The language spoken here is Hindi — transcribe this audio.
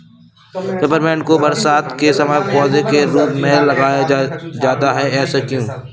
पेपरमिंट को बरसात के समय पौधे के रूप में लगाया जाता है ऐसा क्यो?